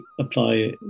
apply